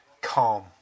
calm